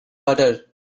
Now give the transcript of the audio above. butter